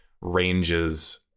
ranges